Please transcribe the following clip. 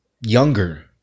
younger